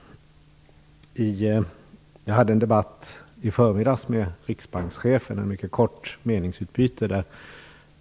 Jag deltog i en debatt i förmiddags med riksbankschefen, ett mycket kort meningsutbyte.